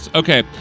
Okay